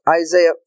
Isaiah